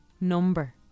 number